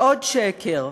עוד שקר: